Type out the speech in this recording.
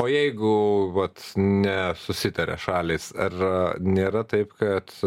o jeigu vat ne susitaria šalys ar nėra taip kad